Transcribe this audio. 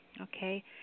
Okay